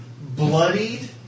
bloodied